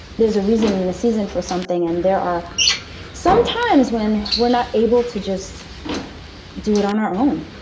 there's a reason and a season for something, and there are some times when we're not able to just do it on our own.